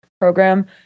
program